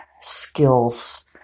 skills